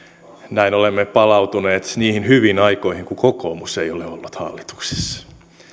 näin olemme palautuneet niihin hyviin aikoihin kun kokoomus ei ole ollut hallituksessa